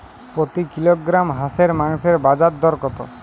প্রতি কিলোগ্রাম হাঁসের মাংসের বাজার দর কত?